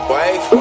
Wave